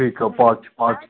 ठीक है पाँच पाँच